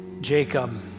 Jacob